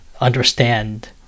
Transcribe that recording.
understand